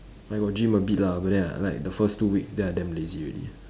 I got gym a bit lah but then like the first two week then I damn lazy already